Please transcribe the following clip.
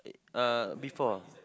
uh before